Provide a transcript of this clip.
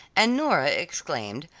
and nora exclaimed,